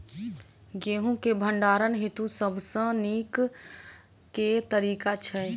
गेंहूँ केँ भण्डारण हेतु सबसँ नीक केँ तरीका छै?